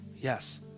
yes